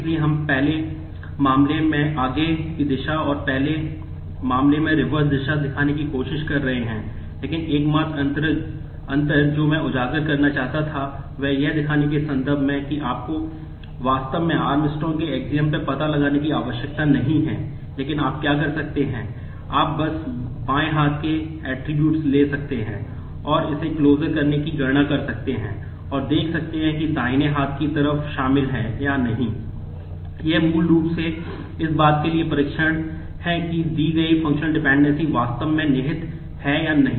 इसलिए हम पहले मामले में आगे की दिशा और पहले मामले में रिवर्स दिशा दिखाने की कोशिश कर रहे हैं लेकिन एकमात्र अंतर जो मैं उजागर करना चाहता था वह यह दिखाने के संदर्भ में है कि आपको वास्तव में आर्मस्ट्रांग वास्तव में निहित है या नहीं